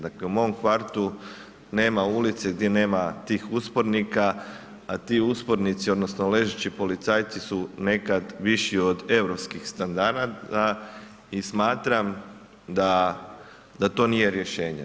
Dakle u mom kvartu nema ulice gdje nema tih uspornika, a ti uspornici odnosno ležeći policajci su nekad viši od europskih standarada i smatram da to nije rješenje.